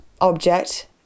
object